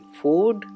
food